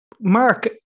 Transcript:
Mark